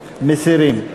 מסירים.